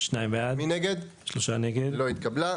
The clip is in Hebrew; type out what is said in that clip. הצבעה